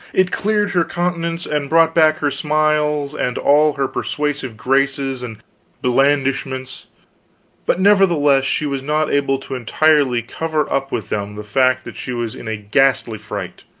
it cleared her countenance and brought back her smiles and all her persuasive graces and blandishments but nevertheless she was not able to entirely cover up with them the fact that she was in a ghastly fright.